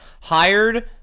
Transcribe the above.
hired